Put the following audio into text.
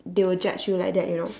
they will judge you like that you know